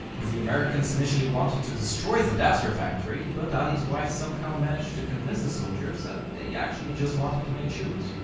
the americans initially wanted to destroy the dassler factory, but adi's wife somehow managed to convince the soldiers that they actually just wanted to make shoes.